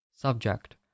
Subject